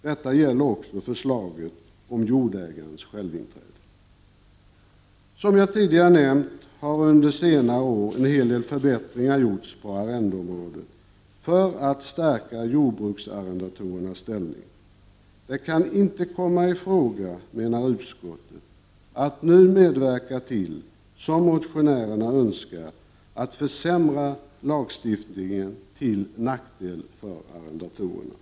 Detta gäller också förslaget om jordägarens självinträde. Som jag tidigare nämnt har under senare år en hel del förbättringar gjorts på arrendeområdet för att stärka jordbruksarrendatorernas ställning. Det kan inte komma i fråga, menar utskottet, att nu — som motionärerna önskar — medverka till att försämra lagstiftningen till nackdel för arrendatorerna.